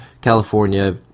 California